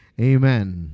Amen